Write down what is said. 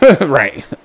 Right